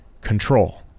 control